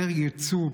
יותר יצוא,